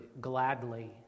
gladly